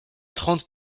trente